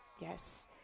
Yes